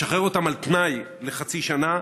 לשחרר אותם על תנאי לחצי שנה,